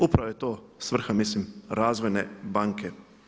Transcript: Upravo je to svrha mislim Razvojne banke.